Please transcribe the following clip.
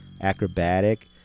Acrobatic